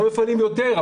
לא מפנים יותר,